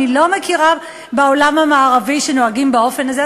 אני לא מכירה בעולם המערבי שנוהגים באופן הזה.